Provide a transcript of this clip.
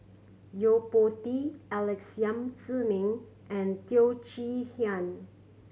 Yo Po Tee Alex Yam Ziming and Teo Chee Hean